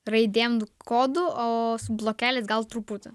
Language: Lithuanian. raidėm kodu o blokeliais gal truputį